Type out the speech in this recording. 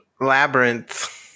Labyrinth